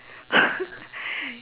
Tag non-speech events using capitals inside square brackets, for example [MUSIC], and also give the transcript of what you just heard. [LAUGHS]